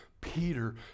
Peter